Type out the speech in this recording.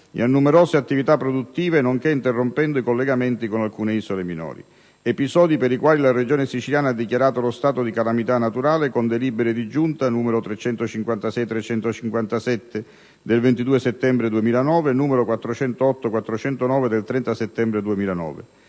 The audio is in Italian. e a numerose attività produttive, nonché interrompendo i collegamenti con alcune isole minori. Per questi episodi la Regione siciliana ha dichiarato lo stato di calamità naturale con le delibere di giunta n. 356/357 del 22 settembre 2009 e n. 408/409 del 30 settembre 2009.